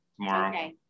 tomorrow